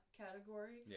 category